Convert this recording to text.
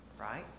Right